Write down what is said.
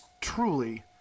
truly